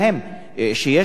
שיש דרכים אחרות,